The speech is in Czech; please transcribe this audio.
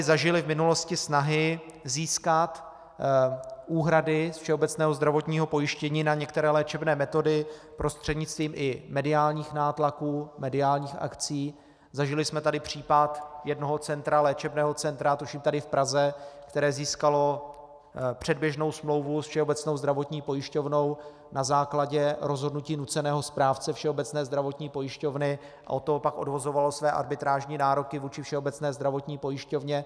Zažili jsme tady v minulosti snahy získat úhrady z všeobecného zdravotního pojištění na některé léčebné metody i prostřednictvím mediálního nátlaku, mediálních akcí, zažili jsme tady případ jednoho léčebného centra, tuším tady v Praze, které získalo předběžnou smlouvu s Všeobecnou zdravotní pojišťovnou na základě rozhodnutí nuceného správce Všeobecné zdravotní pojišťovny a od toho pak odvozovalo své arbitrážní nároky vůči Všeobecné zdravotní pojišťovně.